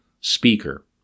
speaker